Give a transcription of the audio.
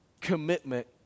commitment